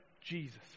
Jesus